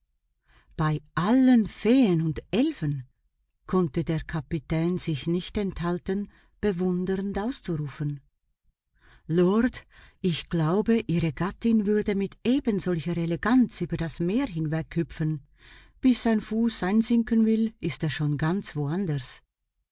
bei allen feen und elfen konnte der kapitän sich nicht enthalten bewundernd auszurufen lord ich glaube ihre gattin würde mit ebensolcher eleganz über das meer hinweghüpfen bis ein fuß einsinken will ist er schon ganz